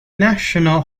national